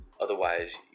Otherwise